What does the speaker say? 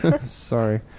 Sorry